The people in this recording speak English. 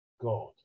God